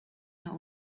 der